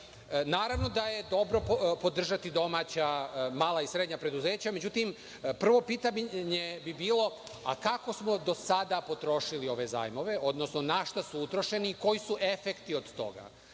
Naravno da je dobro podržati domaća mala i srednja preduzeća. Međutim, prvo pitanje bi bilo – a kako smo do sada potrošili ove zajmove, odnosno našta su utrošeni i koji su efekti od toga?